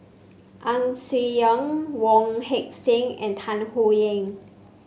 Ang Swee Aun Wong Heck Sing and Tan Howe Liang